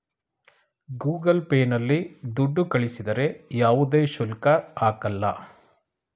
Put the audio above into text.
Google Pay ನಲ್ಲಿ ದುಡ್ಡು ಕಳಿಸಿದರೆ ಯಾವುದೇ ಶುಲ್ಕ ಹಾಕಲ್ಲ